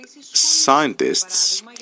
scientists